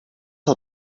saw